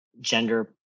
gender